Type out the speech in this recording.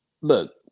look